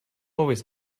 always